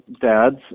dads